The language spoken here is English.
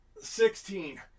sixteen